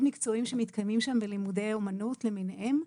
מקצועיים שמתקיימים שם בלימודים אמנות למיניהם.